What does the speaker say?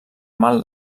mal